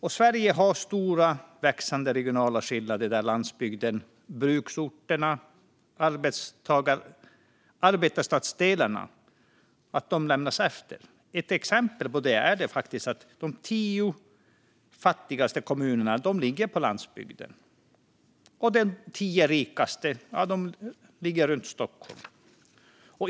Det finns stora och växande regionala skillnader där landsbygden, bruksorterna och arbetarstadsdelarna lämnas efter i Sverige. Ett exempel är att de tio fattigaste kommunerna ligger på landsbygden, och de tio rikaste ligger runt Stockholm.